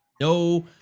No